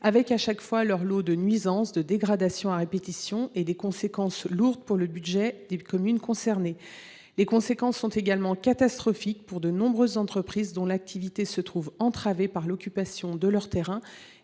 systématiquement leur lot de nuisances et de dégradations à répétition et grèvent lourdement le budget des communes concernées. Les conséquences sont également catastrophiques pour de nombreuses entreprises, dont l’activité est entravée par l’occupation de leurs terrains